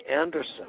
Anderson